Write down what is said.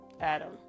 Adam